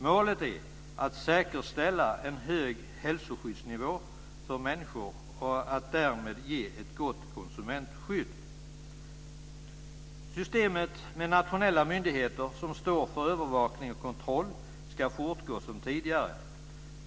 Målet är att säkerställa en hög hälsoskyddsnivå för människor och att därmed ge ett gott konsumentskydd. Systemet med nationella myndigheter som står för övervakning och kontroll ska fortgå som tidigare.